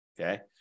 okay